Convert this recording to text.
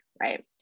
right